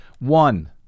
One